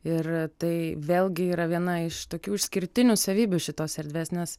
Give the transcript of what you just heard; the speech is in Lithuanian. ir tai vėlgi yra viena iš tokių išskirtinių savybių šitos erdvesnės